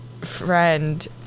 friend